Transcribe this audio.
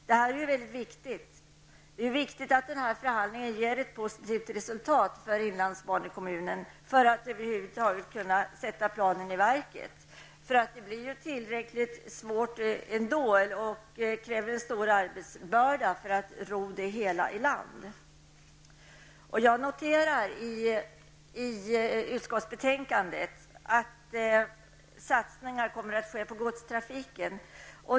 Det är viktigt att denna förhandling ger ett resultat för inlandsbanekommunerna; det är en förutsättning för att man över huvud taget skall kunna sätta planen i verket. Det blir ju tillräckligt svårt ändå, och det krävs en stor arbetsbörda om man skall kunna ro det hela i land. Jag noterar i utskottsbetänkandet att satsningar kommer att ske för godstrafiken.